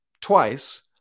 twice